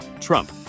Trump